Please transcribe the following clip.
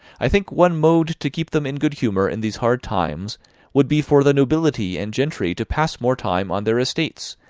i think one mode to keep them in good humour in these hard times would be for the nobility and gentry to pass more time on their estates,